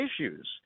issues